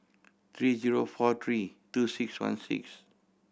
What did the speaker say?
three zero four three two six one six